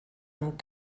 amb